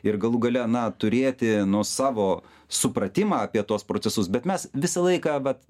ir galų gale na turėti nu savo supratimą apie tuos procesus bet mes visą laiką vat